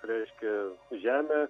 reiškia žemę